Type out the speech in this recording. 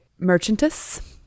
merchantess